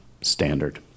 standard